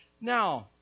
Now